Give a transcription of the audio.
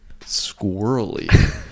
squirrely